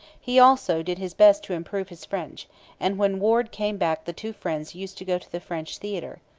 he also did his best to improve his french and when warde came back the two friends used to go to the french theatre.